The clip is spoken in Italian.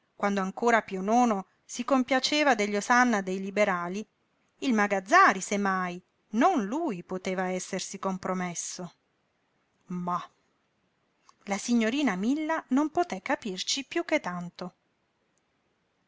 quando ancora si compiaceva degli osanna dei liberali il magazzari se mai non lui poteva essersi compromesso ma la signorina milla non poté capirci piú che tanto